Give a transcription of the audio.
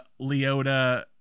Leota